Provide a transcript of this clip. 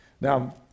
Now